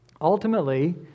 Ultimately